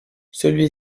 celui